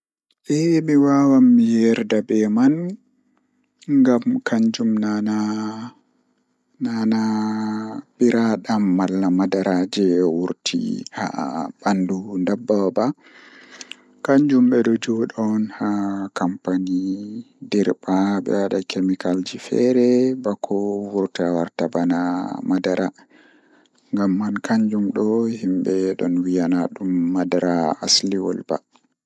Ko ɗiɗen e mon ngoo wi'ude loowdi soya e loowdi bareti waɗa laatnude ngal innde loowdi, kaɗon ko rewte woni. Loowdi soya e loowdi bareti ko ɗuum ɓe waɗirataa tan e coɗɗinɗe yiɗiiɗe, kono jaango miɗo faamude dow o ɓuri waɗugo aada rewbhe maggoyde. Mbele loowdi tan fow nduɗon waɗiraa cewndoo suusiiɗe e mbeewa, o wataa dey tefnude ngam fowru waɗugol e loowdi plantaaɗe.